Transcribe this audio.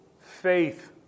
faith